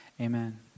Amen